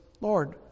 Lord